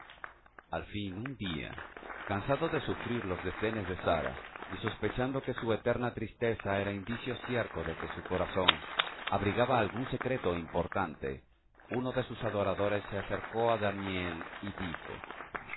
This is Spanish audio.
al fin un día cansado de sufrir los desdenes de sara y sospechando que su eterna tristeza era indicio cierto de que su corazón abrigaba algún secreto importante uno de sus adoradores se acercó a daniel y dijo